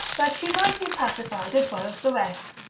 that she might be pacified as well as the rest.